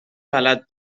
بلد